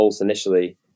initially